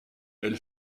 elle